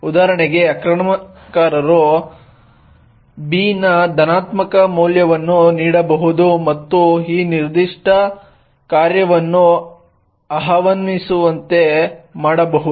ಉದಾಹರಣೆಗೆ ಆಕ್ರಮಣಕಾರನು b ನ ಧನಾತ್ಮಕ ಮೌಲ್ಯವನ್ನು ನೀಡಬಹುದು ಮತ್ತು ಈ ನಿರ್ದಿಷ್ಟ ಕಾರ್ಯವನ್ನು ಆಹ್ವಾನಿಸುವಂತೆ ಮಾಡಬಹುದು